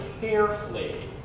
Carefully